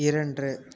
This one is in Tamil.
இரண்டு